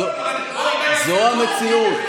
זו, זה גם בטוח, זו המציאות.